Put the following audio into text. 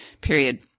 period